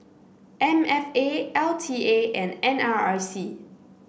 M F A L T A and N R I C